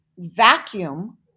vacuum